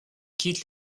quitte